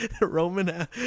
Roman